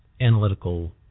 analytical